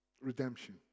Redemption